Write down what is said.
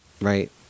right